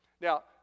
Now